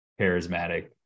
charismatic